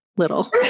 Little